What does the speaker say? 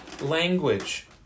language